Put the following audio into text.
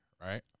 right